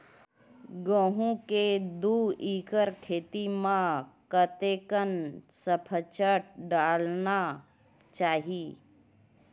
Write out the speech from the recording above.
गेहूं के दू एकड़ खेती म कतेकन सफाचट डालना चाहि?